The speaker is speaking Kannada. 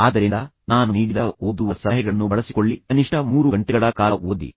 ಆದ್ದರಿಂದ ನಾನು ನೀಡಿದ ಓದುವ ಸಲಹೆಗಳನ್ನು ಬಳಸಿಕೊಳ್ಳಿ ಕನಿಷ್ಠ 3 ಗಂಟೆಗಳ ಕಾಲ ಓದಿ